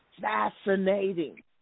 fascinating